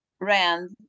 Rand